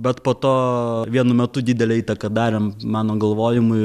bet po to vienu metu didelę įtaką darė mano galvojimui